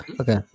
Okay